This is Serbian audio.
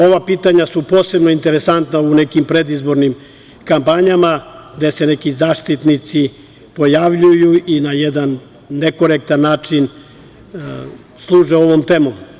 Ova pitanja su posebno interesantna u nekim predizbornim kampanjama gde se neki zaštitnici pojavljuju i na jedan nekorektan način služe ovom temom.